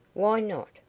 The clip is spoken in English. why not?